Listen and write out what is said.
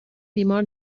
بیمار